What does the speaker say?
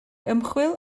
ymchwil